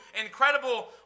incredible